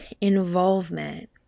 involvement